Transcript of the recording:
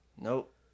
Nope